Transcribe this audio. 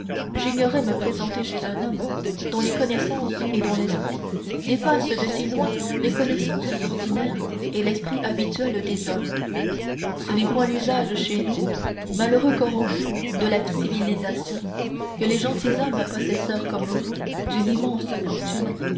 j'ignorais me présenter chez un homme dont les connaissances et dont l'esprit dépassent de si loin les connaissances ordinaires et l'esprit habituel des hommes ce n'est point l'usage chez nous malheureux corrompus de la civilisation que les gentilshommes possesseurs comme vous d'une fortune